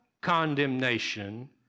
condemnation